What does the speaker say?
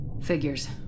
Figures